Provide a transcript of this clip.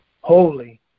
holy